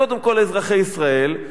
קודם כול אזרחי ישראל,